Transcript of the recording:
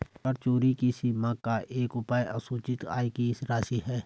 कर चोरी की सीमा का एक उपाय असूचित आय की राशि है